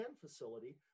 facility